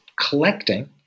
collecting